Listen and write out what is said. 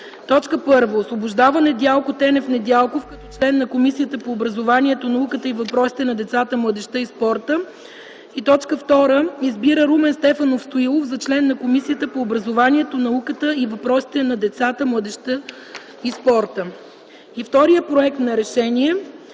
Р Е Ш И: 1. Освобождава Недялко Тенев Недялков като член на Комисията по образованието, науката и въпросите на децата, младежта и спорта. 2. Избира Румен Стефанов Стоилов за член на Комисията по образованието, науката и въпросите на децата, младежта и спорта.” Вторият проект за: